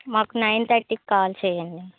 మాకు nine thirty కి call చెయ్యండి